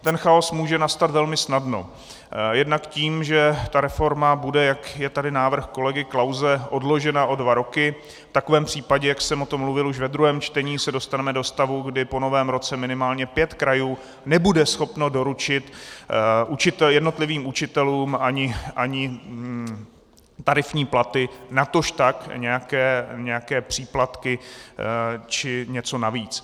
Ten chaos může nastat velmi snadno, jednak tím, že ta reforma bude, jak je tady návrh kolegy Klause, odložena o dva roky, v takovém případě, jak jsem o tom mluvil už ve druhém čtení, se dostaneme do stavu, kdy po Novém roce minimálně pět krajů nebude schopno doručit jednotlivým učitelům ani tarifní platy, natožpak nějaké příplatky či něco navíc.